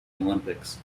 olympics